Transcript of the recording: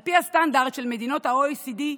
על פי הסטנדרט של מדינות ה-OECD,